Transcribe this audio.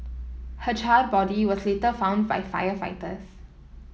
her charred body was later found by firefighters